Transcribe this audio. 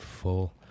full